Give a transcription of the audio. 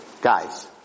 Guys